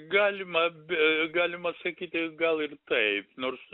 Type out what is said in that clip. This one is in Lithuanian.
galima bi galima sakyti gal ir taip nors